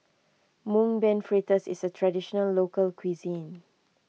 Mung Bean Fritters is a Traditional Local Cuisine